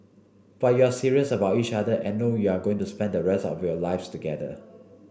but you're serious about each other and know you're going to spend the rest of your lives together